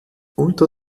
unter